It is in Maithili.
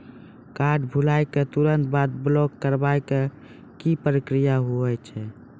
कार्ड भुलाए के तुरंत बाद ब्लॉक करवाए के का प्रक्रिया हुई?